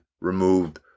removed